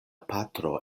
patro